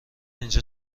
اینجا